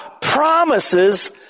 promises